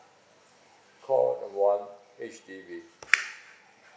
call uh one H_D_B